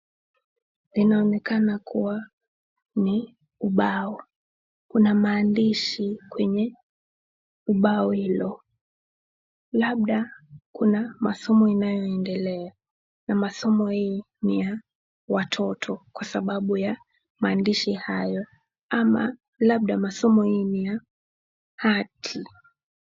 Inaonekana kuwa ni ubao. Kuna maandishi kwenye ubao hilo labda kuna masomo inayoendelea na masomo hii ni ya watoto kwa sababu ya maandishi hayo ama labda masomo hii ni ya hati.